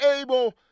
able